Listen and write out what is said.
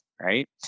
right